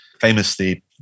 famously